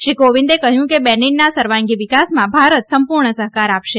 શ્રી કોવિંદે કહ્યું કે બેનીનના સર્વાંગી વિકાસમાં ભારત સંપૂર્ણ સહકાર આપશે